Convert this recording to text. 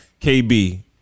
KB